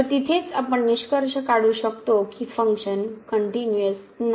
तर तिथेच आपण निष्कर्ष काढू शकतो की फंक्शन कनटयूनिअस नाही